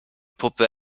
puppe